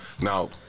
Now